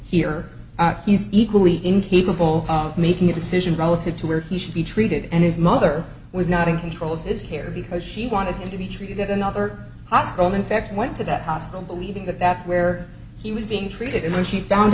here he's equally incapable of making a decision relative to where he should be treated and his mother was not in control of his hair because she wanted to be treated at another hospital in fact went to that hospital believing that that's where he was being treated and when she found